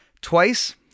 Twice